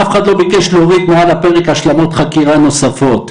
אף אחד לא ביקש להוריד מעל הפרק השלמות חקירה נוספות,